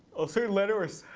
a certain letter. so